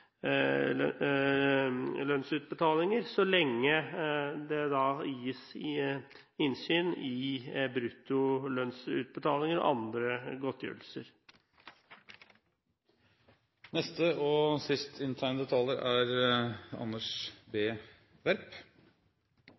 lønnsoppgaver så lenge det gis innsyn i bruttolønnsutbetalinger og andre godtgjørelser. Det er